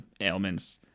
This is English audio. ailments